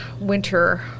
winter